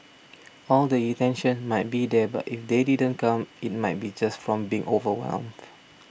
all the intentions might be there but if they didn't come it might be just from being overwhelmed